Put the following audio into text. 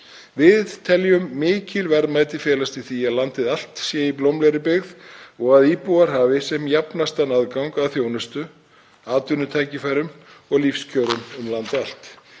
Við teljum mikil verðmæti felast í því að landið allt sé í blómlegri byggð og að íbúar hafi sem jafnastan aðgang að þjónustu, atvinnutækifærum og lífskjörum um land allt.